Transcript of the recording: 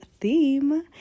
theme